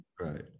right